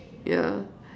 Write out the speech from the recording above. yeah